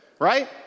right